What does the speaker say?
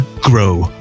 grow